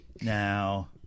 now